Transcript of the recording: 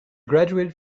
graduated